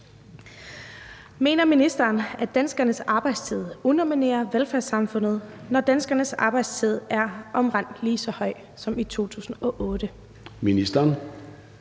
Mener ministeren, at danskernes arbejdstid underminerer velfærdssamfundet, når danskernes arbejdstid er omtrent lige så høj som i 2008?